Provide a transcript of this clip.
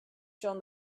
shown